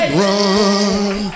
run